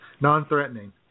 Non-threatening